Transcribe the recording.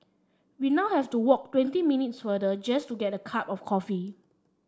we now have to walk twenty minutes further just to get a cup of coffee